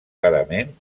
clarament